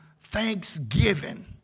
Thanksgiving